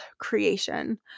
creation